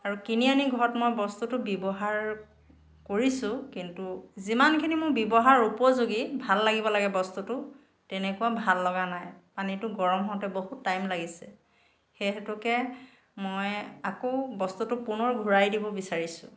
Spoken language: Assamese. আৰু কিনি আনি ঘৰত মই বস্তুটো ব্যৱহাৰ কৰিছোঁ কিন্তু যিমানখিনি মোৰ ব্যৱহাৰ উপযোগী ভাল লাগিব লাগে বস্তুটো তেনেকুৱা ভাল লগা নাই পানীটো গৰম হওঁতে বহুত টাইম লগিছে সেই হেতুকে মই আকৌ বস্তুটো পুনৰ ঘূৰাই দিব বিচাৰিছোঁ